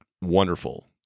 wonderful